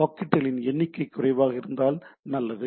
பாக்கெட்டுகளின் எண்ணிக்கை குறைவாக இருந்தால் நல்லது